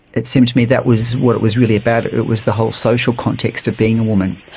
it seemed to me that was what it was really about, it it was the whole social context of being a woman.